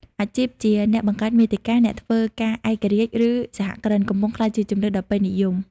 អាជីពជា អ្នកបង្កើតមាតិកា អ្នកធ្វើការឯករាជ្យ ឬ សហគ្រិន កំពុងក្លាយជាជម្រើសដ៏ពេញនិយម។